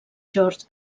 george